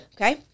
Okay